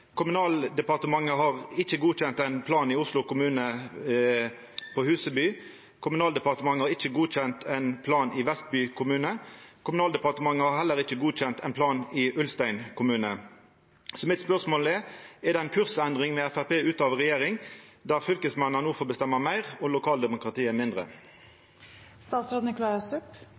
Kommunaldepartementet har ikkje godkjent ein plan i Oslo kommune på Huseby, Kommunaldepartementet har ikkje godkjent ein plan i Vestby kommune, og Kommunaldepartementet har heller ikkje godkjent ein plan i Ulstein kommune. Så spørsmålet mitt er: Er det ei kursendring med Framstegspartiet ute av regjering, der fylkesmennene no får bestemma meir og